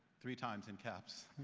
three times in caps.